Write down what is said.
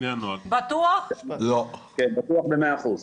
כן, בטוח במאה אחוז.